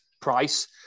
price